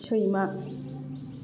सैमा